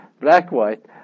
black-white